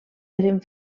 eren